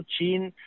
China